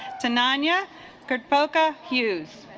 sanajeh could polka hues